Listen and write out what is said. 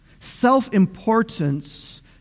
self-importance